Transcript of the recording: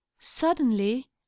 Suddenly